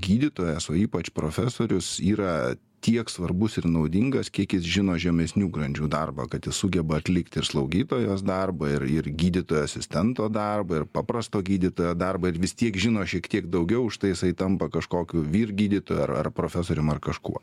gydytojas o ypač profesorius yra tiek svarbus ir naudingas kiek jis žino žemesnių grandžių darbą kad jis sugeba atlikti ir slaugytojos darbą ir ir gydytojo asistento darbą ir paprasto gydytojo darbą ir vis tiek žino šiek tiek daugiau už tai jisai tampa kažkokiu vyr gydytoju ar ar profesorium ar kažkuo